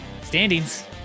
Standings